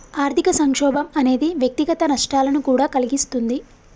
ఆర్థిక సంక్షోభం అనేది వ్యక్తిగత నష్టాలను కూడా కలిగిస్తుంది